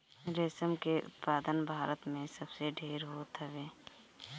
रेशम के उत्पादन भारत में सबसे ढेर होत हवे